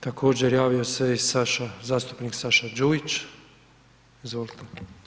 Također javio se i Saša, zastupnik Saša Đujić, izvolite.